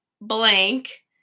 blank